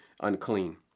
unclean